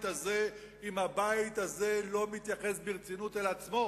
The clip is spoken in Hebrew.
הזה אם הבית הזה לא מתייחס ברצינות לעצמו?